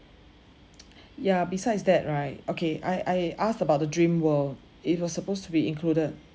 ya besides that right okay I I asked about the Dreamworld it was supposed to be included